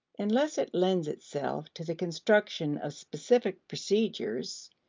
unless it lends itself to the construction of specific procedures,